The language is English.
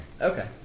Okay